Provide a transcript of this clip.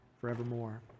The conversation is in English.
forevermore